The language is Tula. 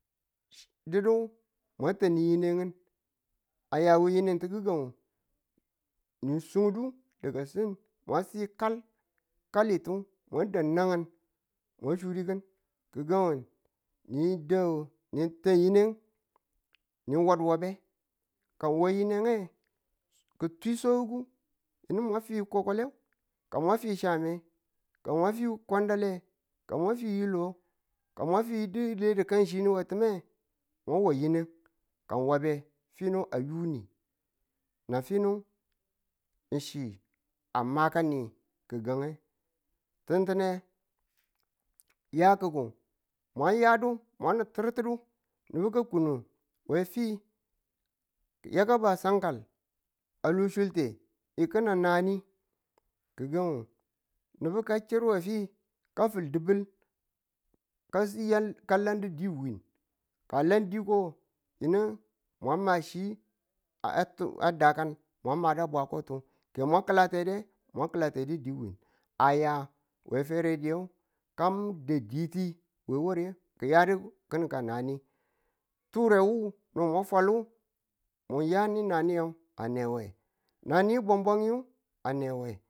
di̱du mwa tani yinang ngu a ya yine nu gi̱gang ni sudu daga sin mwa si kal kalitu mwa da nagang mwa sudu kin gi̱gang ni tan ni tan yineng ni waduwabe ka ng wa yineng ki̱ twi swangugu yinu mwa fi kwakwale ka mwa fi cham me ka mwafi kwandaleye ka mwa fi yilo ka mwa fi di di tikanchi ng we time, mwa wa yine, ka mwa wab be, fino a yoni. na fi nu ng chi a makani gi̱gang nge. tintine yaki̱ku mwa yadu mwa nin turtudu nubu ka kundu we fi yaka ba sankal we lo sunte yi ki̱ni nani. gi̱gang nubu ka chir we fi ka fi̱l dibel ka siyal ka landu di wiin, ka lan diko nge yinu mwa ma chi a- a t a dakan mwa madu tuwe ka to ki mwa ki̱lade mwa ki̱late di win aya we fere diyung kam da diki we ware kịya du ki̱nin ka nani, ture wu we mwa fwalu mu yadi naniye a newe nani gwam bwa ng a newe.